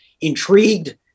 intrigued